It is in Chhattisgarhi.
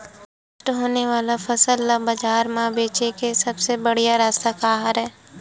नष्ट होने वाला फसल ला बाजार मा बेचे के सबले बढ़िया रास्ता का हरे?